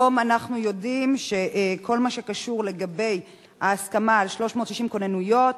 היום אנחנו יודעים שכל מה שקשור בהסכמה ל-360 כוננויות,